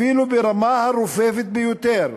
אפילו ברמה הרופפת ביותר,